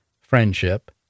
friendship